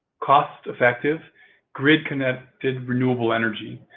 cost-effective, grid connected renewable energy.